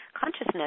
consciousness